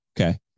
okay